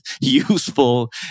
useful